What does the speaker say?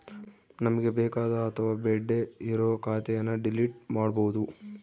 ನಮ್ಗೆ ಬೇಕಾದ ಅಥವಾ ಬೇಡ್ಡೆ ಇರೋ ಖಾತೆನ ಡಿಲೀಟ್ ಮಾಡ್ಬೋದು